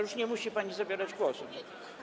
Już nie musi pani zabierać głosu.